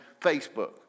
Facebook